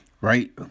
right